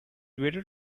better